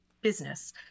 business